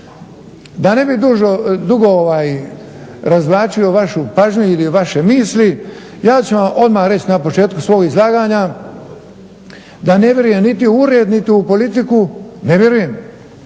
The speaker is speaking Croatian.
Da ne bih dugo razvlačio vašu pažnju ili vaše misli ja ću vam odmah reći na početku svog izlaganja, da ne vjerujem niti u ured niti u politiku. Ne vjerujem,